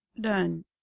done